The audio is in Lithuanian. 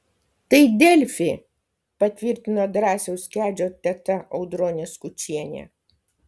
tai delfi patvirtino drąsiaus kedžio teta audronė skučienė